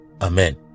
Amen